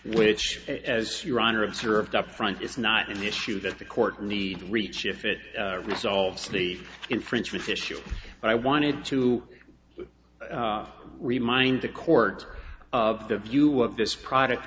which as your honor observed upfront is not an issue that the court need to reach if it resolves the infringement issue but i wanted too remind the court of the view of this product